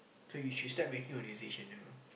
so you should start making your decision now